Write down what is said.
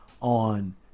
on